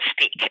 speak